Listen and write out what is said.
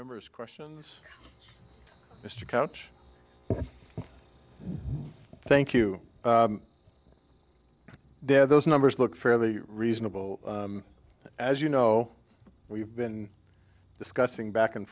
members questions mr couch thank you there those numbers look fairly reasonable as you know we've been discussing back and